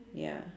ya